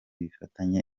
bifitanye